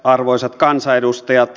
arvoisat kansanedustajat